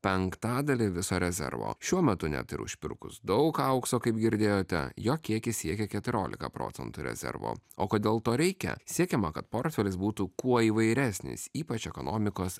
penktadalį viso rezervo šiuo metu net ir užpirkus daug aukso kaip girdėjote jo kiekis siekia keturiolika procentų rezervo o kodėl to reikia siekiama kad portfelis būtų kuo įvairesnis ypač ekonomikos